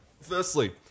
Firstly